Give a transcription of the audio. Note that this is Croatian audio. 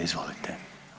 Izvolite.